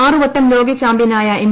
ആറുവട്ടം ലോക ചാമ്പ്യനായ എം